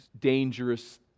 dangerous